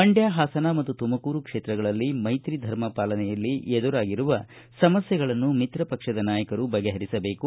ಮಂಡ್ಯ ಹಾಸನ ಮತ್ತು ತುಮಕೂರು ಕ್ಷೇತ್ರಗಳಲ್ಲಿ ಮೈತ್ರಿ ಧರ್ಮ ಪಾಲನೆಯಲ್ಲಿ ಎದುರಾಗಿರುವ ಸಮಸ್ಥೆಗಳನ್ನು ಮಿತ್ರ ಪಕ್ಷದ ನಾಯಕರು ಬಗೆಹರಿಸಬೇಕು